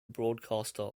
broadcaster